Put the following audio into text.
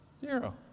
Zero